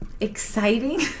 exciting